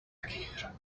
here